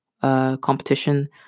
competition